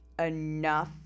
enough